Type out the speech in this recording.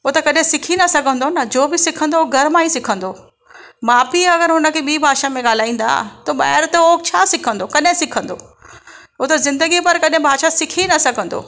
हू त कॾहिं सिखी न सघंदो न जो बि सिखंदो घर मां ई सिखंदो माउ पीउ अगरि हुनखे ॿी भाषा में ॻाल्हाईंदा त ॿाहिरि त हू छा सिखंदो कॾहिं सिखंदो हू त ज़िंदगी भरि पंहिंजी भाषा सिखी न सघंदो